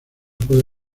puede